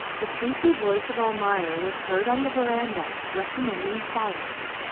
the sleepy voice of almayer was heard on the verandah recommending silence.